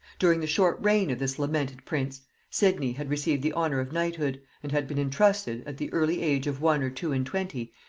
during the short reign of this lamented prince sidney had received the honor of knighthood, and had been intrusted, at the early age of one or two and twenty,